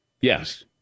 Yes